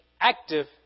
active